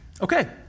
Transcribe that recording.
Okay